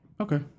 Okay